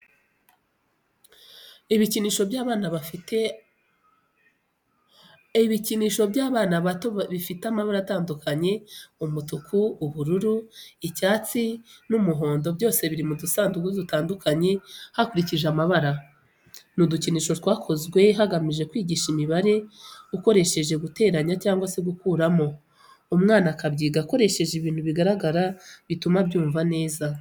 Ibikinisho by'abana bato bifite amabara atandukanye umutuku, ubururu, icyatsi n'umuhondo byose biri mu dusanduku dutandukanye hakurikije amabara. Ni udukinisho twakozwe hagamijwe kwigisha imibare ukoresheje guteranya cyangwa se gukuramo umwana akabyiga akoresheje ibintu bigaragara bituma abyumva neza.